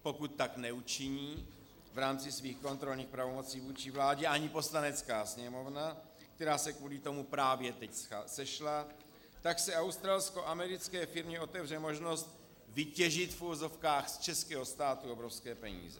Pokud tak neučiní v rámci svých kontrolních pravomocí vůči vládě ani Poslanecká sněmovna, která se kvůli tomu právě teď sešla, tak se australskoamerické firmě otevře možnost vytěžit, v uvozovkách, z českého státu obrovské peníze.